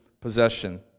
possession